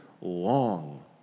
long